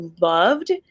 loved